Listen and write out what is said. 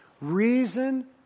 reason